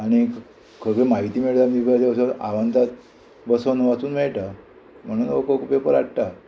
आनी खऱ्यो म्हायती मेळटा वचून आव्हानतात बसोन वाचूंक मेळटा म्हणून लोक पेपर हाडटा